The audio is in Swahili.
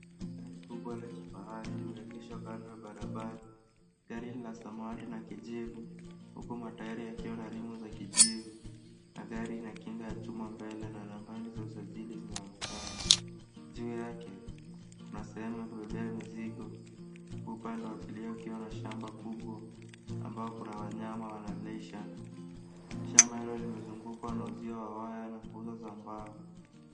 Gari kubwa la kifahari limeegeshwa kando ya barabara gari ni ya samawati na ya kijivu uku matairi yakiwa na rimu za kijivu na gari ina kinga ya chuma mbele na nambari za usajili zinaonekana juu yake kuna sehemu ya kubebea mizigo uku upande wa kilio ikiwa na shamba kubwa ambayo kuna wanyama wanalisha .Shamba hilo limezungukwa na uzio wa waya na guzo za mbao.